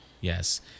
Yes